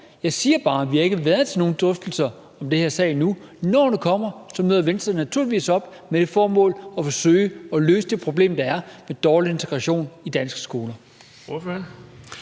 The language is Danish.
Jeg siger bare, at vi ikke har været til nogen drøftelser om den her sag endnu. Når de kommer, møder Venstre naturligvis op med det formål at forsøge at løse det problem, der er med dårlig integration i danske skoler.